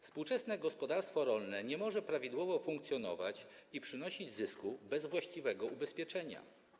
Współczesne gospodarstwo rolne nie może prawidłowo funkcjonować i przynosić zysku bez właściwego ubezpieczenia.